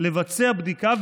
לבצע בדיקה,